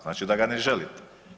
Znači da ga ne želite.